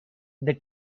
the